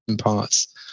parts